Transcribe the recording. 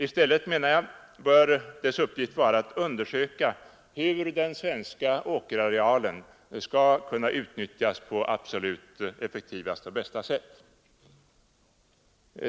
I stället bör dess uppgift vara att undersöka hur den svenska åkerarealen skall kunna utnyttjas på absolut effektivaste och bästa sätt.